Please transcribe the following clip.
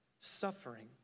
suffering